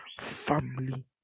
family